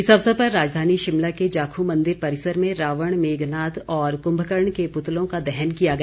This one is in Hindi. इस अवसर पर राजधानी शिमला के जाख् मंदिर परिसर में रावण मेघनाद व कुम्भकर्ण के पुतलों का दहन किया गया